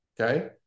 okay